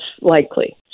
likely